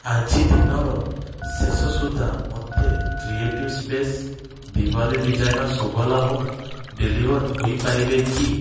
ଆଜି ଦିନର ଶେଷ ସୁଦ୍ଧା ମୋତେ କ୍ରିଏଟିଭ୍ ସ୍ପେସ୍ ଦିୱାଲୀ ଡିଜାଇନର୍ ଶୁଭ ଲାଭ ଡେଲିଭର୍ ହୋଇପାରିବେ କି